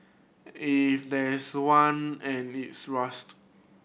if there's one and its rust